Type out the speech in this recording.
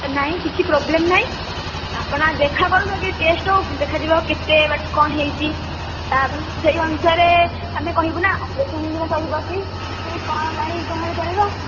ଏ ନାଇଁ କିଛି ପ୍ରୋବ୍ଲେମ୍ ନାହିଁ ଆପଣ ଦେଖାକରନ୍ତୁ ଆଗେ ଟେଷ୍ଟ ହଉ ଦେଖାଯିବ କେତେ ବାଟ କଣ ହେଇଛି ତାପରେ ସେଇ ଅନୁସାରେ ଆମେ କହିବୁ ନା ଅପରେସନ୍ ହେଲେ ଚଳିବ କି କଣ ନାହିଁ କଣ ହେଲେ ଚଳିବ